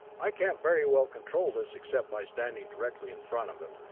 i can't very well control this except by standing directly in front of it,